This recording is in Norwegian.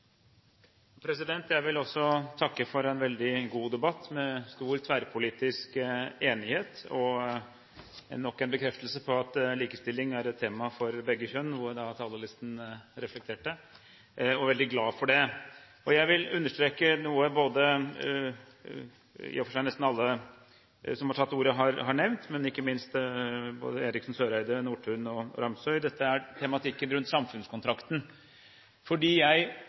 Jeg vil også takke for en veldig god debatt med stor tverrpolitisk enighet og nok en bekreftelse på at likestilling er et tema for begge kjønn, noe talerlisten reflekterte. Jeg er veldig glad for det. Jeg vil understreke noe i og for seg nesten alle som har tatt ordet, har nevnt, ikke minst Eriksen Søreide, Nordtun og Ramsøy, at dette er en tematikk rundt samfunnskontrakten. Jeg tror veldig sterkt på verneplikten som institusjon. Jeg